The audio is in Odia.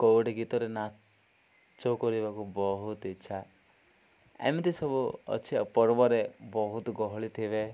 କୋଉଡ଼ି ଗୀତରେ ନାଚ କରିବାକୁ ବହୁତ ଇଚ୍ଛା ଏମିତି ସବୁ ଅଛି ଆଉ ପର୍ବରେ ବହୁତ ଗହଳି ଥିବେ